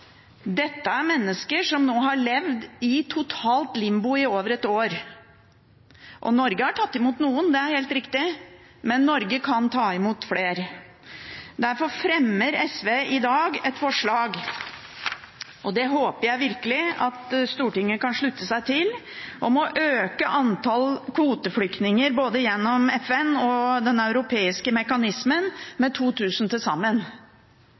Dette er mennesker som har levd i totalt limbo i over ett år. Norge har tatt imot noen – det er helt riktig – men vi kan ta imot flere. Derfor fremmer SV i dag et forslag – som jeg virkelig håper at Stortinget kan slutte seg til – om å øke antallet kvoteflyktninger, gjennom både FN og den europeiske relokaliseringsmekanismen, med 2 000 til sammen.